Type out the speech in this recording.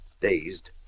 Dazed